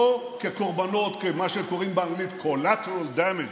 לא כקורבנות מה שקוראים באנגלית collateral damage,